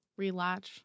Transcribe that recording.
relatch